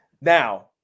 Now